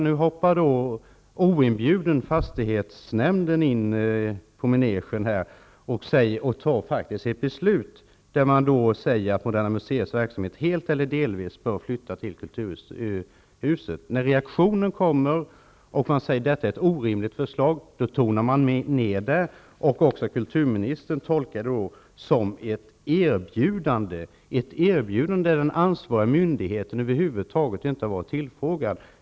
Nu hoppar emellertid fastighetsnämnden oinbjuden in i manegen och fattar ett beslut genom att säga att Moderna museets verksamhet helt eller delvis bör flyttas till Kulturhuset. När reaktionen kommer, och det sägs att detta är ett orimligt förslag, tonas det ned. Även kulturministern tolkar detta som ett erbjudande. Men den ansvariga myndigheten har över huvud taget inte varit tillfrågad.